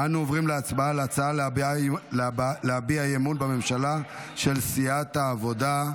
אנו עוברים להצבעה על ההצעה להביע אי-אמון בממשלה של סיעת העבודה.